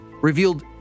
revealed